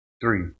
three